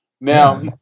Now